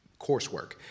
coursework